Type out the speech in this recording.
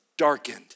darkened